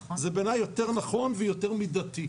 זה בעיני יותר נכון ויותר מידתי.